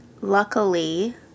luckily